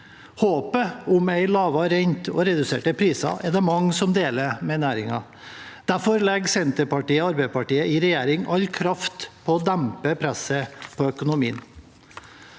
Håpet om en lavere rente og reduserte priser er det mange som deler med næringen. Derfor legger Senterpartiet og Arbeiderpartiet i regjering all kraft på å dempe presset på økonomien.